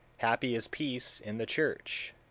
happy is peace in the church,